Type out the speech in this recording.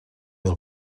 del